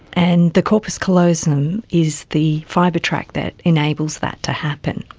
and the corpus callosum is the fibre tract that enables that to happen.